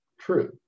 true